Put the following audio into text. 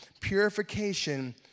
purification